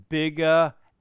bigger